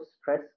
stress